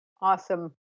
Awesome